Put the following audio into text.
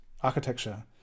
architecture